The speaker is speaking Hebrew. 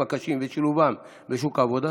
הקשים ובשילובם בשוק העבודה,